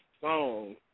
song